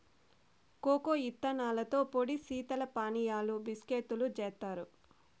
cocoa ఇత్తనాలతో పొడి శీతల పానీయాలు, బిస్కేత్తులు జేత్తారు